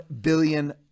billion